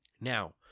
Now